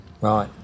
right